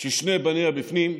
ששני בניה בפנים,